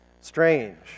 Strange